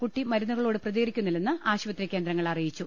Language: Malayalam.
കുട്ടി മരുന്നുക ളോട് പ്രതികരിക്കുന്നില്ലെന്ന് ആശുപത്രി കേന്ദ്രങ്ങൾ അറിയിച്ചു